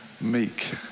meek